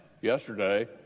yesterday